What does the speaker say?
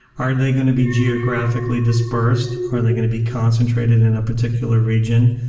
are they going to be geographically dispersed? are they going to be concentrated in a particular region?